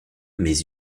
mes